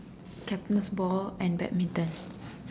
captain's ball and badminton